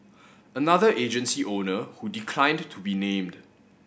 another agency owner who declined to be named